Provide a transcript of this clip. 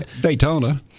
Daytona